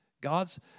God's